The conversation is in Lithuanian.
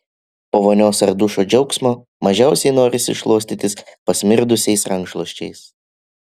po vonios ar dušo džiaugsmo mažiausiai norisi šluostytis pasmirdusiais rankšluosčiais